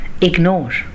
Ignore